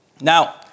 Now